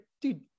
dude